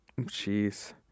Jeez